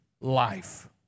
life